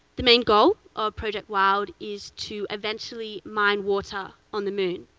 the main goal of project wild is to eventually mine water on the moon.